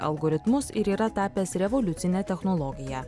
algoritmus ir yra tapęs revoliucine technologija